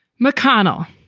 mcconnell,